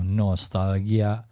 nostalgia